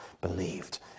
believed